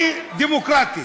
דמוקרטית.